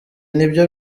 nibyo